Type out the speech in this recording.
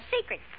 secret